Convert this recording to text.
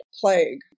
plague